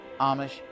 Amish